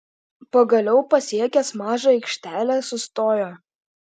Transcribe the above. pagaliau pasiekęs mažą aikštelę sustojo